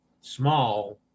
small